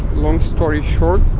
long story short.